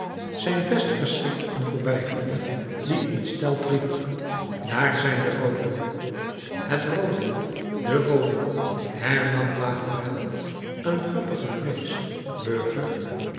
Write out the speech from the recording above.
zijn vest verschrikte een voorbijganger die ontsteld riep daar zijn de rooden het roode de rooden hernam bahorel een grappige vrees burger